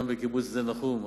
גם בקיבוץ שדה-נחום,